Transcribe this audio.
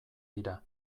dira